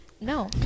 No